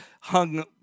hung